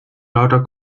lauter